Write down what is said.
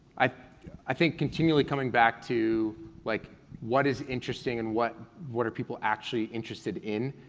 i i think continually coming back to like what is interesting and what what are people actually interested in,